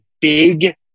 big